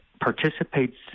participates